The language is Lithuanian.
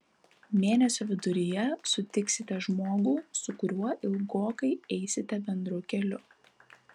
mėnesio viduryje sutiksite žmogų su kuriuo ilgokai eisite bendru keliu